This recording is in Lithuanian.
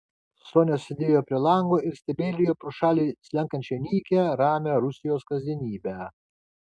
sonia sėdėjo prie lango ir stebėjo pro šalį slenkančią nykią ramią rusijos kasdienybę